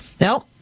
No